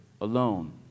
alone